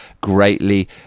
greatly